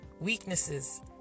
weaknesses